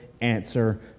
answer